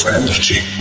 energy